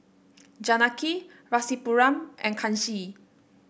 Janaki Rasipuram and Kanshi